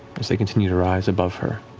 as they continue to rise above her.